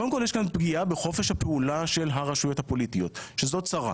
קודם כל יש כאן פגיעה בחופש הפעולה של הרשויות הפוליטיות שזו צרה.